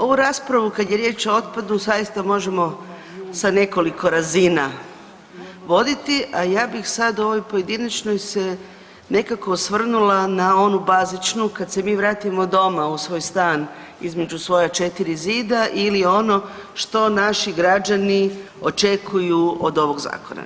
Ovu raspravu kada je riječ o otpadu zaista možemo sa nekoliko razina voditi, a ja bih sada u ovoj pojedinačnoj se nekako se osvrnula na onu bazičnu kad se mi vratimo doma u svoj stan između svoja četiri zida ili ono što naši građani očekuju od ovog zakona.